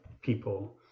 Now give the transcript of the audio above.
people